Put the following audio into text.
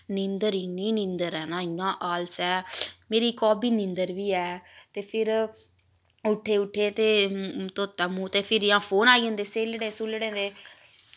नींदर इन्नी नींदर ऐ ना इन्ना आलस ऐ मेरी इक हाबी नींदर बी ऐ ते फिर उट्ठे उट्ठे ते धोता मूंह् ते फिरी जां फोन आई जंदे स्हेलड़ें सहुलड़ें दे